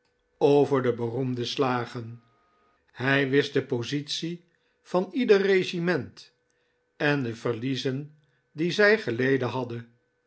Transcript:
over de beroemde slagen hij wist de positie van ieder regiment en de verliezen die zij geleden hadden